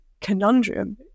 conundrum